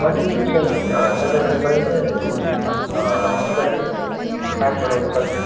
Monday to Sat Saturday जहिले आउँदाखेरि card बनाउन सकिन्छ